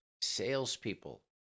salespeople